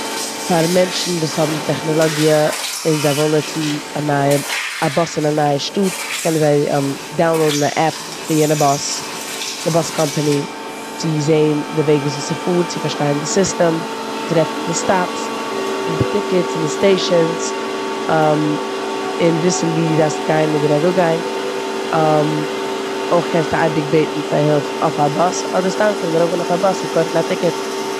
פאר מענטשן וואס האבן טעכנאלאגיע און זיי ווילן נוצן א נייע- א באס אין א נייע שטאט קענען זיי דאונלאודען א עפפ פון יענע באס- די באס קאמפאני צו זען די וועג וויאזוי ס'פארט, צו פארשטיין די סיסטעם, טרעפן די סטאפס און די טיקעטס און די סטעישין'ס, און וויסן ווי די דארפסט גיין אדער אראפגיין. אויך קענסטו אייביג בעטן פאר הילף אויף א באס אדער סתם קען מען ארויפגיין אויף א באס און קויפן א טיקעט.